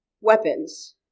weapons